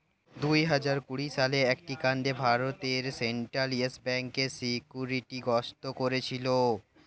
দুহাজার কুড়ি সালের একটি কাণ্ডে ভারতের সেন্ট্রাল ইয়েস ব্যাঙ্ককে সিকিউরিটি গ্রস্ত করেছিল